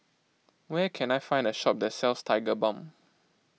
where can I find a shop that sells Tigerbalm